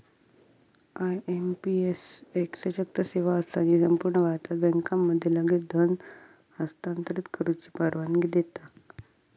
IMPS एक सशक्त सेवा असा जी संपूर्ण भारतात बँकांमध्ये लगेच धन हस्तांतरित करुची परवानगी देता